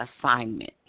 assignment